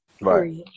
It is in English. right